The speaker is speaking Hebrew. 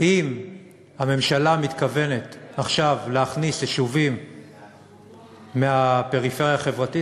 אם הממשלה מתכוונת עכשיו להכניס יישובים מהפריפריה החברתית,